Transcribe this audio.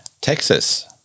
Texas